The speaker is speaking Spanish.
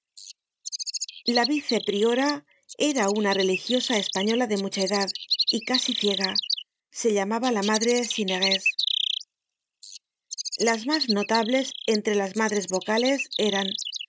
la vice priora era una religiosa española de mucha edad y casi ciega se llamaba la madre cineres las mas notables entre las madres vocales eran